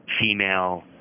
female